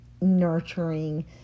nurturing